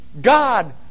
God